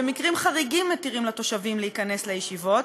במקרים חריגים מתירים לתושבים להיכנס לישיבות.